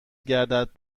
گردد